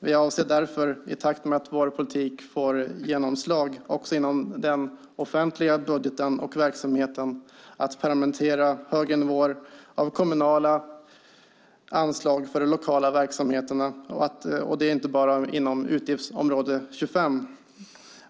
Vi avser därför, i takt med att vår politik får genomslag också inom den offentliga budgeten och verksamheten, att permanenta högre nivåer av kommunala anslag för de lokala verksamheterna - och det inte bara inom utgiftsområde 25.